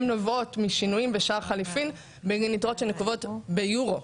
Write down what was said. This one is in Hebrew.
הן נובעות משינויים בשער חליפין בגין יתרות שנקובות ביורו,